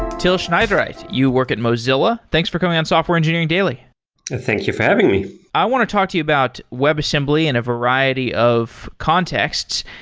till schneidereit, you work at mozilla. thanks for coming on software engineering daily thank you for having me i want to talk to you about webassembly in a variety of contexts.